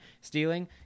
stealing